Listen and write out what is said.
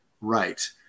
Right